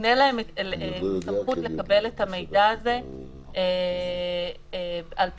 מקנה להם סמכות לקבל את המידע הזה על פי